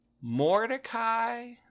Mordecai